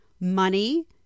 Money